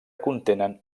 contenen